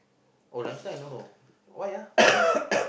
oh lunchtime no no why uh finish